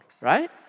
right